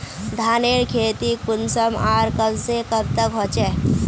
धानेर खेती कुंसम आर कब से कब तक होचे?